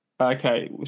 Okay